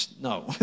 No